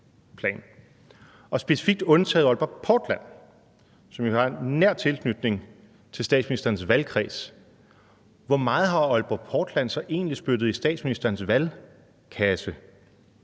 og specifikt har undtaget Aalborg Portland, som jo har en nær tilknytning til statsministerens valgkreds, hvor meget har Aalborg Portland så egentlig spyttet i statsministerens valgkasse?